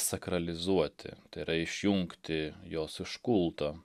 sakralizuoti tai yra išjungti jos iš kulto